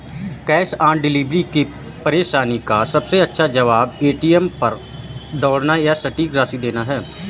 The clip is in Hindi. कैश ऑन डिलीवरी की परेशानी का सबसे अच्छा जवाब, ए.टी.एम तक दौड़ना या सटीक राशि देना है